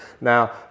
Now